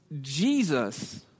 Jesus